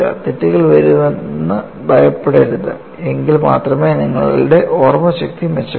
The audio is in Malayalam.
തെറ്റുകൾ വരുത്തുമെന്ന് ഭയപ്പെടരുത് എങ്കിൽ മാത്രമേ നിങ്ങളുടെ ഓർമശക്തി മെച്ചപ്പെടു